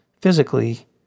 physically